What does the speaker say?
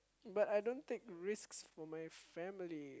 but I don't take risks for my family